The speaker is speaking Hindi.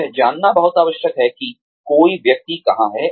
यह जानना बहुत आवश्यक है कि कोई व्यक्ति कहां है